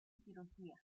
cirugía